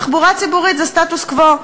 תחבורה ציבורית זה סטטוס-קוו.